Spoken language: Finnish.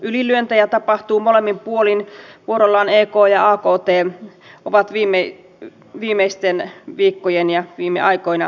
ylilyöntejä tapahtuu molemmin puolin vuorollaan ek ja akt ovat viime aikoina osoittaneet